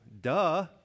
duh